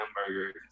hamburgers